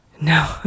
No